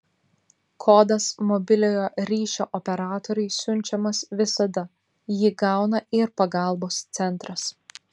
kodas mobiliojo ryšio operatoriui siunčiamas visada jį gauna ir pagalbos centras